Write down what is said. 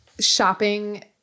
shopping